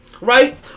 Right